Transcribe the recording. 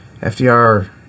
FDR